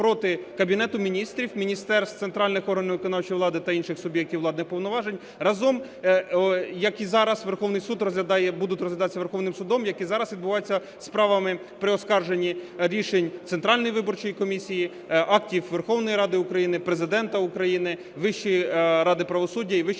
проти Кабінету Міністрів, міністерств, центральних органів виконавчої влади та інших суб'єктів владних повноважень разом, як і зараз Верховний Суд розглядає, будуть розглядатися Верховним Судом, як і зараз відбувається зі справами при оскарженні рішень Центральної виборчої комісії, актів Верховної Ради України, Президента України, Вищої ради правосуддя і Вищої кваліфікаційної